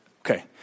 Okay